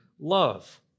love